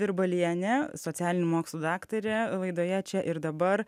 virbalienė socialinių mokslų daktarė laidoje čia ir dabar